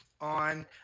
on